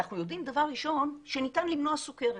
אנחנו יודעים דבר ראשון שניתן למנוע סכרת.